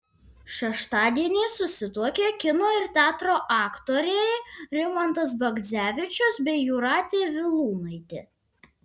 šeštadienį susituokė kino ir teatro aktoriai rimantas bagdzevičius bei jūratė vilūnaitė